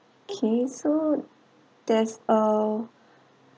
okay so there's a